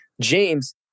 James